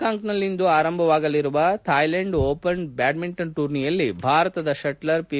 ಬ್ಬಾಂಕಾಕ್ನಲ್ಲಿಂದು ಆರಂಭವಾಗಲಿರುವ Thailand Open ಬ್ಬಾಡ್ನಿಂಟನ್ ಟೂರ್ನಿಯಲ್ಲಿ ಭಾರತದ ಷಟ್ಲರ್ ಪಿ